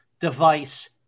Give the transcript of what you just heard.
device